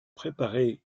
préparer